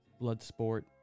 Bloodsport